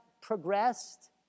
progressed